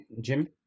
Jim